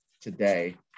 today